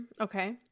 Okay